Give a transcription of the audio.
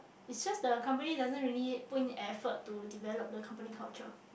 it just the company doesn't really put in effort to develop the company culture